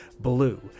BLUE